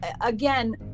again